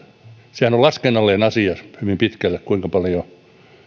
sehän on laskennallinen asia hyvin pitkälle kuinka paljon